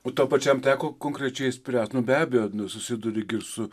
o tau pačiam teko konkrečiai spręst be abejo susiduri su